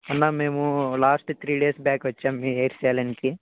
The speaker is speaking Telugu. అన్న మేము లాస్ట్ త్రీ డేస్ బ్యాక్ వచ్చాము మీ హెయిర్ సెలూన్కి